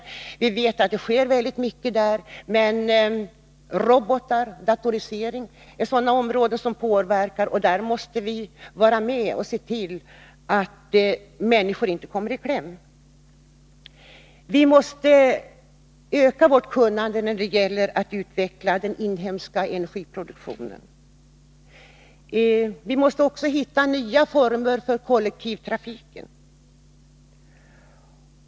Vi vet att det sker väldigt mycket, men robotar och datorisering påverkar. Här måste vi vara med och se till att människor inte kommer i kläm. Vi måste öka vårt kunnande när det gäller att utveckla den inhemska energiproduktionen. Det är också nödvändigt att finna nya former för kollektivtrafiken.